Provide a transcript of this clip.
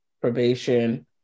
probation